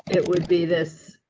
it would be this.